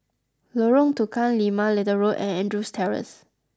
Lorong Tukang Lima Little Road and Andrews Terrace